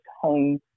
home